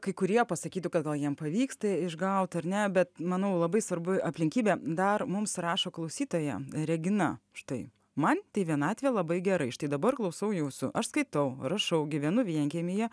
kai kurie pasakytų kad gal jiem pavyks tai išgaut ar ne bet manau labai svarbu aplinkybė dar mums rašo klausytoja regina štai man tai vienatvė labai gerai štai dabar klausau jūsų aš skaitau rašau gyvenu vienkiemyje